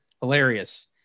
hilarious